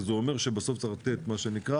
וזה אומר שבסוף צריך לתת את מה שנקרא,